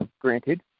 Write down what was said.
Granted